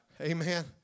Amen